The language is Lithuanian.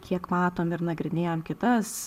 kiek matom ir nagrinėjam kitas